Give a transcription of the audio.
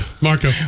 Marco